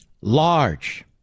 large